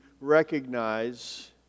recognize